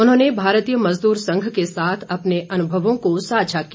उन्होंने भारतीय मजदूर संघ के साथ अपने अनुभवों को साझा किया